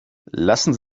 lassen